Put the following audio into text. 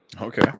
Okay